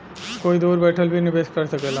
कोई दूर बैठल भी निवेश कर सकेला